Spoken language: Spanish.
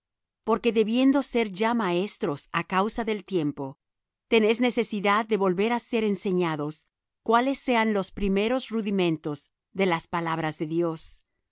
porque debiendo ser ya maestros á causa del tiempo tenéis necesidad de volver á ser enseñados cuáles sean los primeros rudimentos de las palabras de dios